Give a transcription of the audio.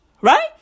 Right